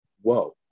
whoa